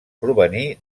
provenir